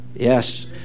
Yes